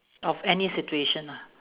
of any situation ah